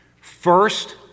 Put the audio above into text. First